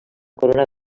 corona